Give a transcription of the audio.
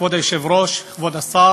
כבוד היושב-ראש, כבוד השר,